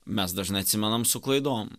mes dažnai atsimenam su klaidom